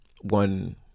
one